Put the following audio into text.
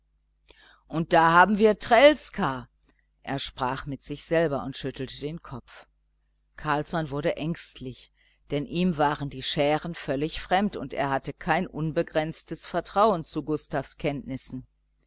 und da haben wir trälskar er sprach mit sich selber und schüttelte den kopf carlsson wurde ängstlich denn ihm waren die schären völlig fremd und er hatte kein unbegrenztes vertrauen zu gustavs kenntnissen